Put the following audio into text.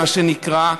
מה שנקרא.